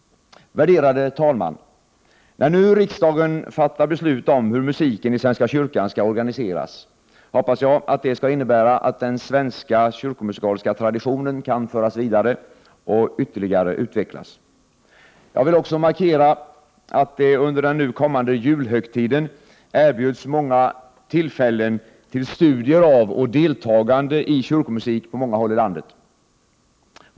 Herr talman! När nu riksdagen fattar beslut om hur musiken i svenska kyrkan skall organiseras, hoppas jag att det skall innebära att den svenska kyrkomusikaliska traditionen kan föras vidare och utvecklas ytterligare. Jag vill också markera, att det under den nu kommande julhögtiden erbjuds många tillfällen till studier av och deltagande i kyrkomusik på många håll i landet.